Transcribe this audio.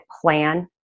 plan